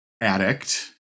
addict